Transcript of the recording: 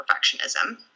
perfectionism